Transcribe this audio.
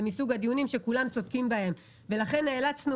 זה מסוג הדיונים שכולם צודקים בהם ולכן נאלצנו